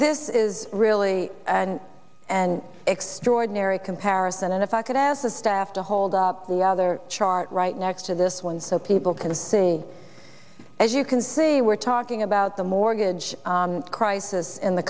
this is really and an extraordinary comparison and if i could ask the staff to hold up the other chart right next to this one so people can see as you can see we're talking about the mortgage crisis in the